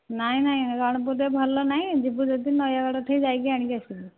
ନାଇଁ ନାଇଁ ରଣପୁରରେ ଭଲ ନାହିଁ ଯିବୁ ଯଦି ନୟାଗଡ଼ଠୁ ଯାଇକି ଆଣିକି ଆସିବୁ